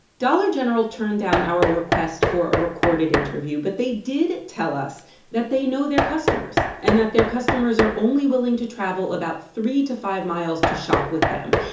dollar general turned down our request for a recorded interview, but they did tell us that they know their customers and that their customers are only willing to travel about three to five miles to shop with them,